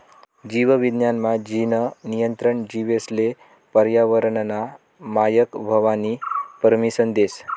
जीव विज्ञान मा, जीन नियंत्रण जीवेसले पर्यावरनना मायक व्हवानी परमिसन देस